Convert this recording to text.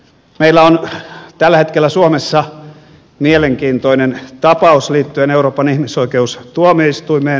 meillä on tällä hetkellä suomessa mielenkiintoinen tapaus liittyen euroopan ihmisoikeustuomioistuimeen